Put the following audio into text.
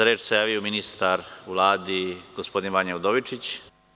Reč ima ministar u Vladi gospodin Vanja Udovičić.